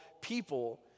people